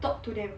talk to them